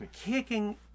kicking